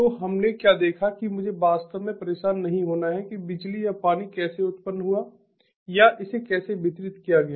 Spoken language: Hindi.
तो हमने क्या देखा कि मुझे वास्तव में परेशान नहीं होना है कि बिजली या पानी कैसे उत्पन्न हुआ या इसे कैसे वितरित किया गया